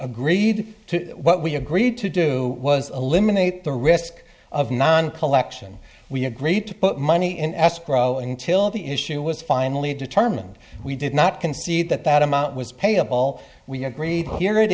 agreed to what we agreed to do was eliminated the risk of non collection we agreed to put money in escrow until the issue was finally determined we did not concede that that amount was paid all we agreed here it